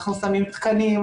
אנחנו שמים תקנים,